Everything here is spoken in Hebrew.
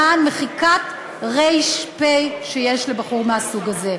למען מחיקת ר"פ שיש לבחור מהסוג הזה.